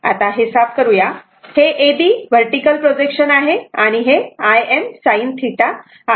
आता हे साफ करूया हे AB वर्टीकल प्रोजेक्शन आहे आणि हे m sin θ आहे